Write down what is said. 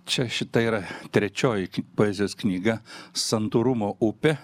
čia šita yra trečioji poezijos knyga santūrumo upė